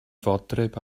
fodryb